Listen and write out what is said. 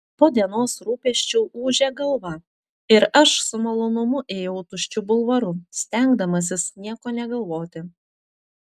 po dienos rūpesčių ūžė galva ir aš su malonumu ėjau tuščiu bulvaru stengdamasis nieko negalvoti